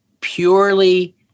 purely –